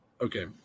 okay